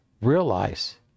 realize